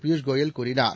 பியூஷ் கோயல் கூறினார்